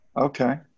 Okay